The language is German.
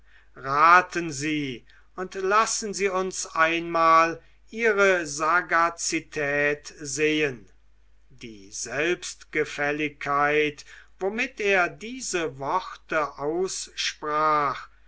raten sie und lassen sie uns einmal ihre sagazität sehen die selbstgefälligkeit womit er diese worte aussprach